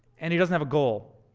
and he doesn't have a goal.